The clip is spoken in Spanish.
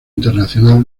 internacional